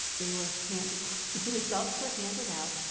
they were handing, the results were handed out,